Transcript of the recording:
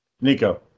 Nico